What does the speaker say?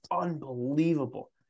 unbelievable